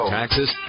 taxes